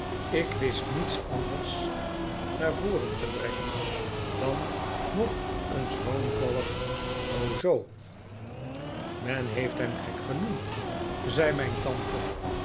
ik wist niets anders naar voren te brengen dan nog een schroomvallig zoo men heeft hem gek genoem d zei mijn tante